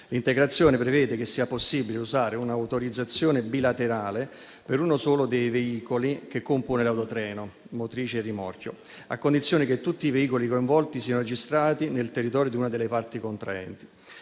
L'integrazione prevede che sia possibile usare un'autorizzazione bilaterale per uno solo dei veicoli che compone l'autotreno - motrice o rimorchio - a condizione che tutti i veicoli coinvolti siano registrati nel territorio di una delle parti contraenti.